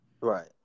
Right